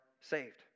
saved